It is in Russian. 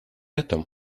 этом